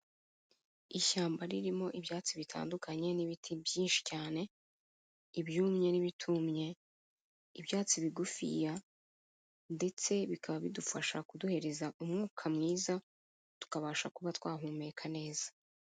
Ishyamba ririmo ibyatsi bitandukanye n'ibiti byinshi cyane, ibyumye n'ibitumye, ibyatsi bigufiya ndetse bikaba bidufasha kuduhereza umwuka mwiza, tukabasha kuba twahumeka neza.